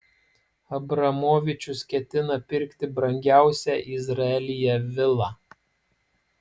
abramovičius ketina pirkti brangiausią izraelyje vilą